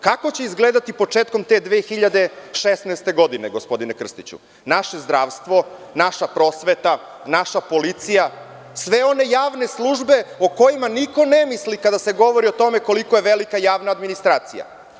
Kako će izgledati početkom te 2016. godine, gospodine Krstiću, naše zdravstvo, naša prosveta, naša policija, sve one javne službe o kojima niko ne misli kada se govori o tome koliko je velika javna administracija?